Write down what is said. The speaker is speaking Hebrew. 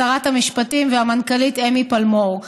שרת המשפטים והמנכ"לית אמי פלמור.